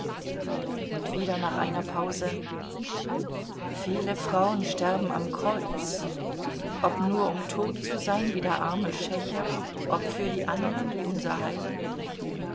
und wieder nach einer pause viele frauen sterben am kreuz ob nur um tot zu sein wie der arme schächer ob für die andern wie unser heiland